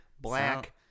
black